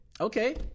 Okay